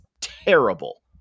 terrible